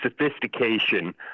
sophistication –